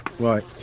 Right